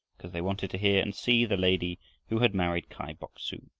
because they wanted to hear and see the lady who had married kai bok-su.